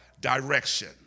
direction